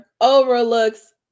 overlooks